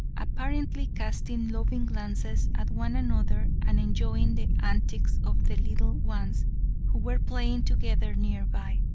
apparently casting loving glances at one another and enjoying the antics of the little ones who were playing together nearby.